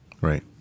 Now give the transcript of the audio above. Right